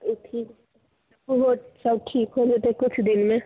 ओ ठीक ओहो सब ठीक हो जेतै किछु दिनमे